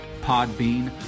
Podbean